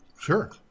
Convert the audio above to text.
Sure